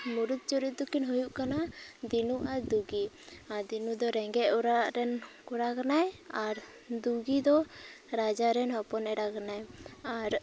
ᱢᱩᱨᱩᱫ ᱪᱚᱨᱤᱫ ᱫᱚᱠᱤᱱ ᱦᱩᱭᱩᱜ ᱠᱟᱱᱟ ᱫᱤᱱᱩ ᱟᱨ ᱫᱩᱜᱤ ᱫᱤᱱᱩ ᱫᱚ ᱨᱮᱸᱜᱮᱡ ᱚᱲᱟᱜ ᱨᱮᱱᱠᱚᱲᱟ ᱠᱟᱱᱟᱭ ᱟᱨ ᱫᱩᱜᱤ ᱫᱚ ᱨᱟᱡᱟ ᱨᱮᱱ ᱦᱚᱯᱚᱱ ᱮᱨᱟ ᱠᱟᱱᱟᱭ ᱟᱨ